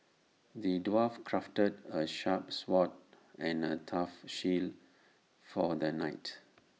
the dwarf crafted A sharp sword and A tough shield for the knight